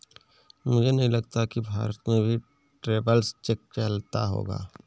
मुझे नहीं लगता कि भारत में भी ट्रैवलर्स चेक चलता होगा